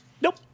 Nope